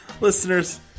Listeners